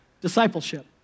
Discipleship